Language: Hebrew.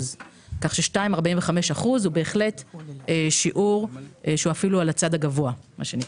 כך ש-2.45% הוא בהחלט שיעור שהוא אפילו על הצד הגבוה.